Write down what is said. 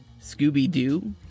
Scooby-Doo